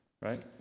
right